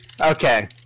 Okay